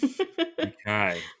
okay